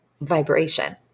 vibration